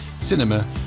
cinema